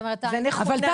אוקיי --- יש פסיכולוגים,